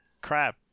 crap